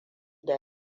da